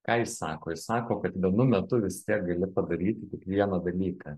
ką jis sako jis sako kad vienu metu vis tiek gali padaryti tik vieną dalyką